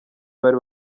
bari